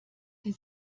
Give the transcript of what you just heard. sie